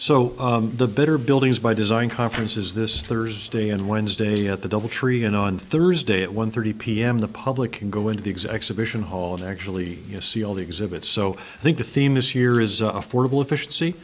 so the better buildings by design conference is this thursday and wednesday at the doubletree and on thursday at one thirty pm the public can go into the exec submission hall and actually see all the exhibits so i think the theme this year is affordable efficiency